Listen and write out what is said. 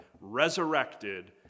resurrected